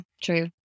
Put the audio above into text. true